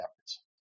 efforts